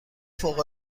فوق